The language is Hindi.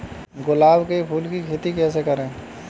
गुलाब के फूल की खेती कैसे करें?